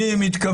מי הם התכוונו?